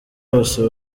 bose